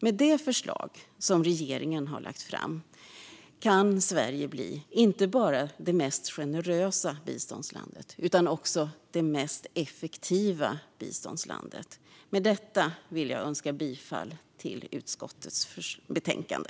Med det förslag regeringen lagt fram kan Sverige bli inte bara det mest generösa utan också det mest effektiva biståndslandet. Med detta vill jag yrka bifall till förslagen i utskottets betänkande.